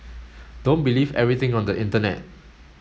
don't believe everything on the internet